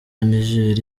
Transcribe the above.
niger